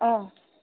অঁ